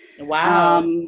Wow